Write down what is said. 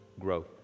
growth